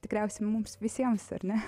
tikriausiai mums visiems ar ne